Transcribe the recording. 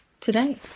today